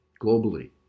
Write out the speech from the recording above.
globally